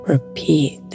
Repeat